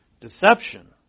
Deception